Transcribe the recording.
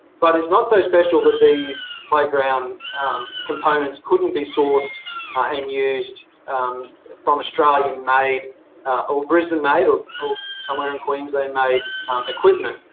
but it's not so special that these playground components couldn't be sourced and used from australian made or brisbane made or somewhere in queensland made equipment.